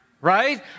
right